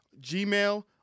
Gmail